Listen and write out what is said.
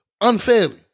unfairly